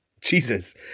Jesus